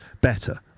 better